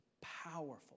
powerful